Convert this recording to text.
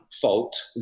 fault